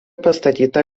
pastatyta